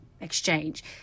exchange